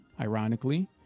ironically